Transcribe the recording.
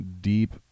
deep